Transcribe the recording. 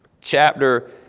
chapter